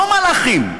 לא מלאכים,